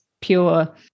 pure